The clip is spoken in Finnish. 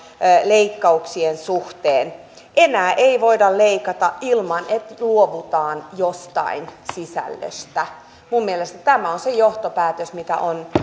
leikkauksien suhteen enää ei voida leikata ilman että luovutaan jostain sisällöstä minun mielestäni tämä on se johtopäätös mikä on